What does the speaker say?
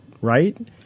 right